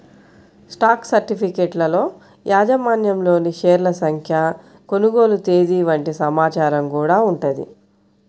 stock సర్టిఫికెట్లలో యాజమాన్యంలోని షేర్ల సంఖ్య, కొనుగోలు తేదీ వంటి సమాచారం గూడా ఉంటది